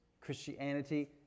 Christianity